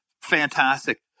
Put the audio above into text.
Fantastic